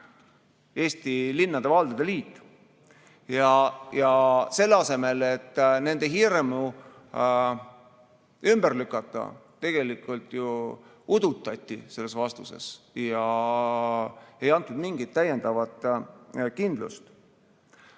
Eesti Linnade ja Valdade Liit. Selle asemel et nende hirmu ümber lükata, tegelikult ju udutati selles vastuses ega antud mingit täiendavat kindlust.